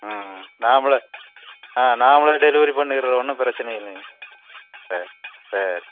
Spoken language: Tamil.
ம் ம் நாமளும் ஆ நாங்களும் டெலிவரி பண்ணிகிறோம் ஒன்றும் பிரச்சினையில்லிங்க சரி சரி